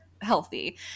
healthy